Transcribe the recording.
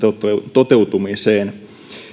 toteutumiseen